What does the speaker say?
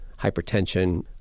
hypertension